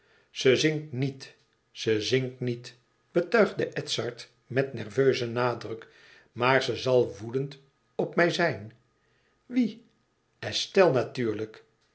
ze zingt niet ze zingt niet betuigde edzard met nerveuzen nadruk maar ze zal woedend op mij zijn wie estelle natuurlijk